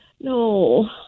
No